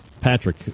Patrick